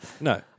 No